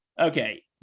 okay